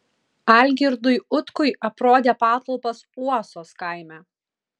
algirdui utkui aprodė patalpas uosos kaime